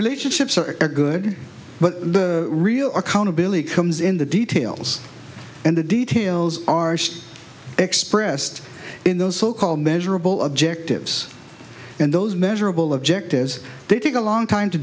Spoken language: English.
relationships are good but the real accountability comes in the details and the details ours expressed in those so called measurable objectives and those measurable objectives they take a long time to